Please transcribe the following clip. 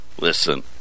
Listen